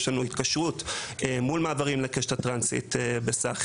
יש לנו התקשרות מול מעברים לקשת הטרנסית בסך